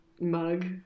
mug